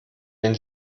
wenn